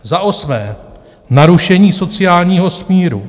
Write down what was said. Za osmé, narušení sociálního smíru.